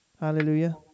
Hallelujah